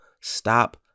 stop